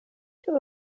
two